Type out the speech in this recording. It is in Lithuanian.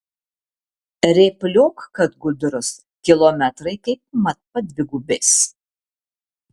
rėpliok kad gudrus kilometrai kaip mat padvigubės